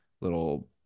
little